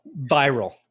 Viral